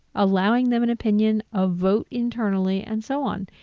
allowing them an opinion, a vote internally and so on.